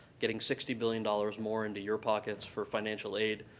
getting sixty billion dollars more into your pockets for financial aid,